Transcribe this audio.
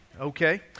Okay